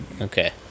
Okay